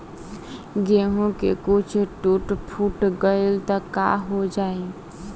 केहू के कुछ टूट फुट गईल त काहो जाई